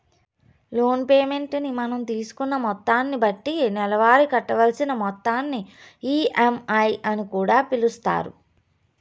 loan payment ని మనం తీసుకున్న మొత్తాన్ని బట్టి నెలవారీ కట్టవలసిన మొత్తాన్ని ఈ.ఎం.ఐ అని కూడా పిలుస్తారు